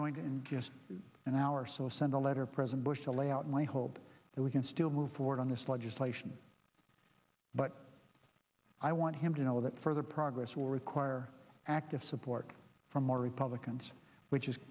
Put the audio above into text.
going to in just an hour or so send a letter president bush to lay out my hope that we can still move forward on this legislation but i want him to know that further progress will require active support from republicans which is